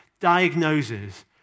diagnoses